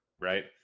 right